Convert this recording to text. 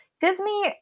Disney